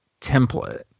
template